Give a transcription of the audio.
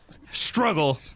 struggle